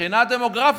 מבחינה דמוגרפית,